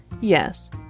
Yes